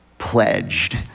pledged